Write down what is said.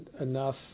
enough